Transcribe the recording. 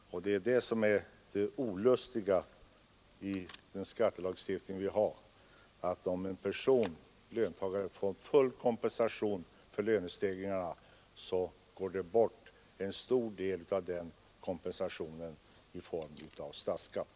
Det olustiga med vår skattelagstiftning är att om en löntagare får full kompensation för prisstegringarna, så går en stor del av den kompensationen bort i form av statsskatt.